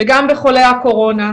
וגם בחולי הקורונה,